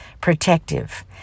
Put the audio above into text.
protective